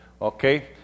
Okay